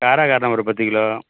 காராகருணை ஒரு பத்து கிலோ